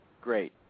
Great